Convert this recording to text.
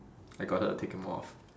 I got her to take them off